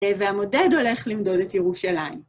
והמודד הולך למדוד את ירושלים.